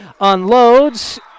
unloads